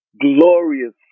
glorious